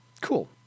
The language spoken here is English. Cool